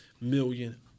million